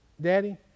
Daddy